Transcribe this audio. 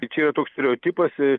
čia jau toks stereotipas